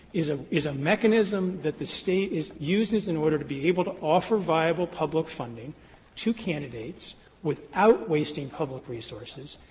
is ah is a mechanism that the state uses in order to be able to offer viable public funding to candidates without wasting public resources,